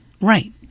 Right